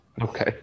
Okay